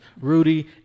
Rudy